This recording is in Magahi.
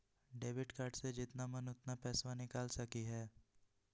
डेबिट कार्डबा से जितना मन उतना पेसबा निकाल सकी हय?